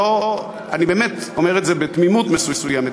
אני באמת אומר את זה בתמימות מסוימת,